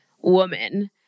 woman